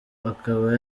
akaba